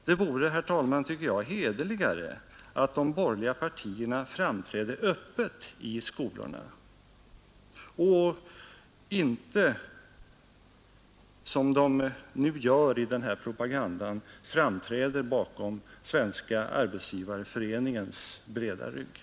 Det vore, herr talman, hederligare att de borgerliga partierna framträdde öppet i skolorna och inte bakom Svenska arbetsgivareföreningens breda rygg. som de nu gör i den här propagandan.